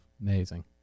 Amazing